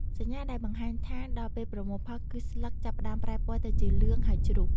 សញ្ញាដែលបង្ហាញថាដល់ពេលប្រមូលផលគឺស្លឹកចាប់ផ្តើមប្រែពណ៌ទៅជាលឿង ហើយជ្រុះ។